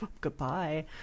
goodbye